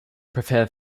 prepare